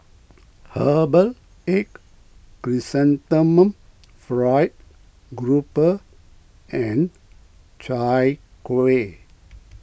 Herbal Egg Chrysanthemum Fried Grouper and Chai Kuih